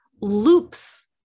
loops